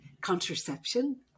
contraception